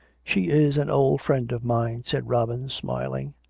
she is an old friend of mine, said robin, smiling.